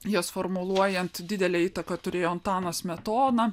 jas formuluojant didelę įtaką turėjo antanas smetona